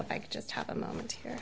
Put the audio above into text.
if i could just have a moment the